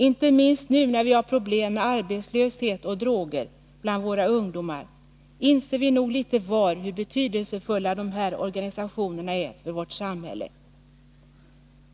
Inte minst nu, när vi har problem med arbetslöshet och droger bland våra ungdomar, inser vi nog litet till mans hur betydelsefulla de här organisationerna är för vårt samhälle.